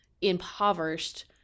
impoverished